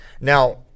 Now